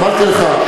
אמרתי לך,